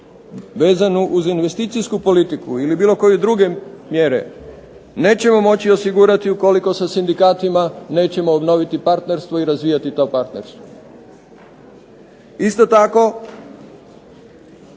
vezanu uz investicijsku politiku ili bilo koje druge mjere nećemo moći osigurati ukoliko sa sindikatima nećemo obnoviti partnerstvo i razvijati to partnerstvo. Isto tako,